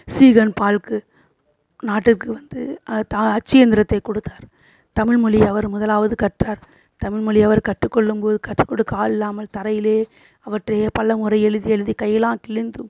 சீகன் பால்க்கு நாட்டுக்கு வந்து தா அச்சு இயந்திரத்தைக் கொடுத்தார் தமிழ் மொழி அவர் முதலாவது கற்றார் தமிழ் மொழி அவர் கற்றுக்கொள்ளும்போது கற்றுக்கொடுக்க ஆள் இல்லாமல் தரையிலே அவற்றையே பலமுறை எழுதி எழுதி கையெலாம் கிழிந்து